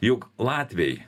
juk latviai